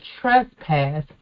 trespass